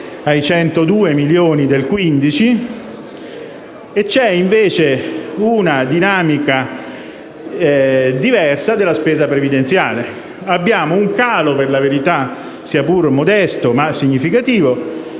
ai 102 milioni del 2015) e c'è invece una dinamica diversa della spesa previdenziale. Abbiamo un calo, sia pure modesto ma significativo,